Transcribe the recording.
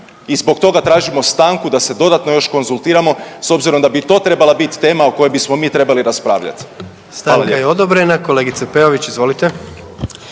I zbog toga tražimo stanku da se dodatno još konzultiramo s obzirom da bi i to trebala tema o kojoj bismo mi trebali raspravljati. **Jandroković, Gordan (HDZ)** Stanka je odobrena. Kolegica Peović, izvolite.